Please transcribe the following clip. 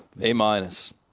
A-minus